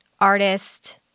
artist